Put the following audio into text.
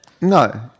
No